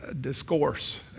discourse